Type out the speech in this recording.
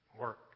work